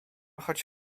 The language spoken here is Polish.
choć